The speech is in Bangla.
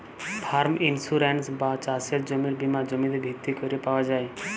ফার্ম ইন্সুরেন্স বা চাসের জমির বীমা জমিতে ভিত্তি ক্যরে পাওয়া যায়